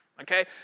okay